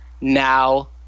Now